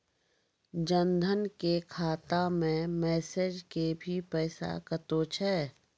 जन धन के खाता मैं मैसेज के भी पैसा कतो छ?